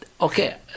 okay